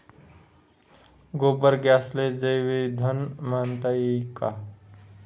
गोबर गॅसले जैवईंधन म्हनता ई का?